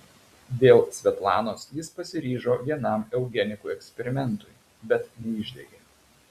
dėl svetlanos jis pasiryžo vienam eugenikų eksperimentui bet neišdegė